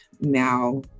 now